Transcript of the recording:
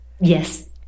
Yes